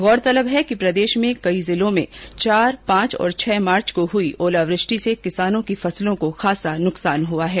गौरतलब है कि प्रदेश के कई जिलों में चार पांच और छः मार्च को हुई ओलावृष्टि ॅसे किसानों की फसलों को खासा नुकसान हुआ है